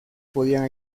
podían